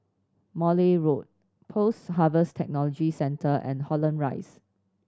Morley Road Post Harvest Technology Centre and Holland Rise